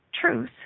truth